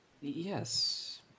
Yes